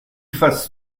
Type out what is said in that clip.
fasse